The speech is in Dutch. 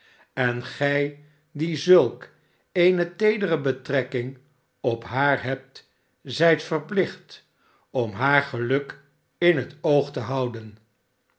en gij die zulk eene teedere betrelcking op haar hebt zijt verplicht om haar geluk in het oog te houden